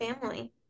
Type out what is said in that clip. family